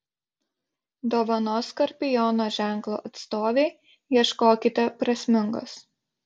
dovanos skorpiono ženklo atstovei ieškokite prasmingos